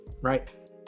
right